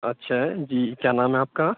اچھا جی کیا نام ہے آپ کا